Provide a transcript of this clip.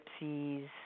Gypsies